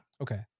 Okay